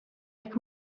jak